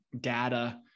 data